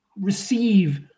receive